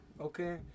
Okay